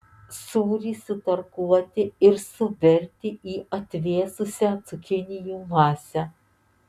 sūrį sutarkuoti ir suberti į atvėsusią cukinijų masę